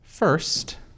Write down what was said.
first